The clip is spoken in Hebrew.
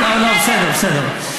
טוב, בסדר.